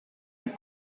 las